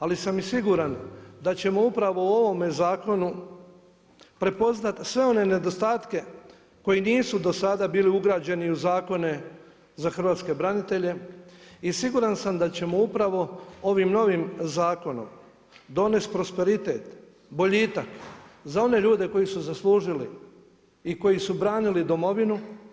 Ali sam i siguran da ćemo upravo u ovome zakonu prepoznati sve one nedostatke koji nisu do sada bili ugrađeni u zakone za hrvatske branitelje i siguran sam da ćemo upravo ovim novim zakonom donesti prosperitet, boljitak, za one ljude koji su ih zaslužili i koji su branili domovinu.